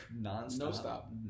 Non-stop